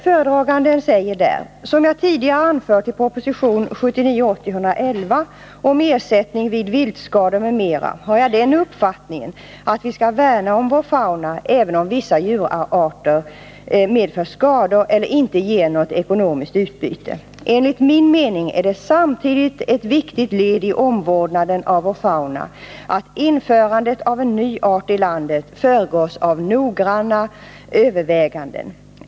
Föredraganden säger: ”Som jag tidigare har anfört i prop. 1979/80:111 om ersättning vid viltskador m.m. har jag den uppfattningen att vi skall värna om vår fauna, även om vissa djurarter medför skador eller inte ger något ekonomiskt utbyte. Enligt min mening är det samtidigt ett viktigt led i omvårdnaden av vår fauna, att införandet av en ny art i landet föregås av noggranna överväganden.